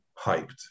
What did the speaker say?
hyped